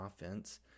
offense